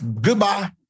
Goodbye